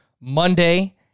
Monday